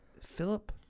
Philip